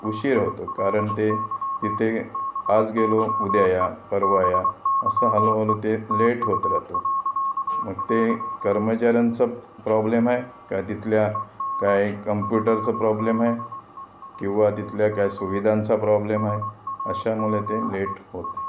उशीर होतो कारण ते तिथे आज गेलो उद्या या परवा या असं हळूहळू ते लेट होत राहतं मग ते कर्मचाऱ्यांचा प्रॉब्लेम आहे का तिथल्या काय कॉम्प्युटरचा प्रॉब्लेम आहे किंवा तिथल्या काय सुविधांचा प्रॉब्लेम आहे अशामुळे ते लेट होते